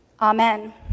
Amen